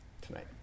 tonight